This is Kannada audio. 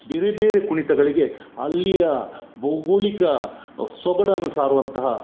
ಬೇರೆ ಬೇರೆ ಕುಣಿತಗಳಿಗೆ ಅಲ್ಲಿಯ ಭೌಗೋಳಿಕ ಸೊಗಡನ್ನು ಸಾರುವಂತಹ